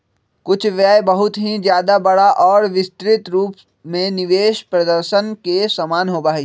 कुछ व्यय बहुत ही ज्यादा बड़ा और विस्तृत रूप में निवेश प्रदर्शन के समान होबा हई